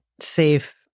safe